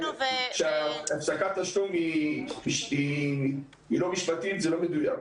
לגבי הפסקת התשלום שהיא לא משפטית, זה לא מדויק.